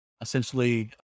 Essentially